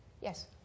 Yes